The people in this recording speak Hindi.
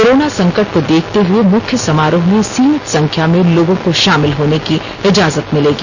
कोरोना संकट को देखते हुए मुख्य समारोह में सीमित संख्या में लोगों को शामिल होने की इजाजत मिलेगी